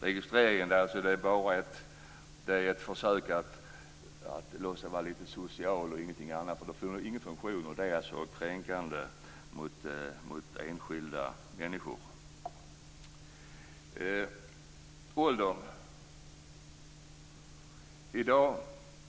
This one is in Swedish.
Registering är ett försök att vara lite social och ingenting annat. Det fyller ingen funktion, och det är kränkande mot enskilda människor.